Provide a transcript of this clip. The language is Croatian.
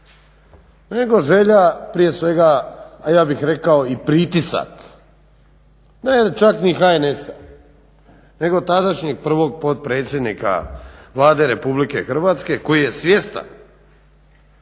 nego želja prije svega a ja bih rekao i pritisak. Ne čak ni HNS-a nego tadašnjeg prvog potpredsjednika Vlade RH koji je svjestan.